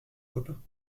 copain